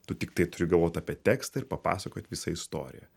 tu tiktai turi galvot apie tekstą ir papasakot visą istoriją